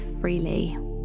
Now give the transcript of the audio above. freely